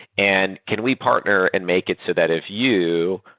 and can we partner and make it so that if you,